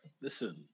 Listen